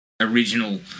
original